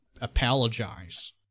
apologize